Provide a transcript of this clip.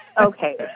Okay